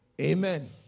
Amen